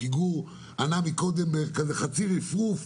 כי גור ענה קודם בחצי רפרוף.